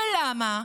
ולמה?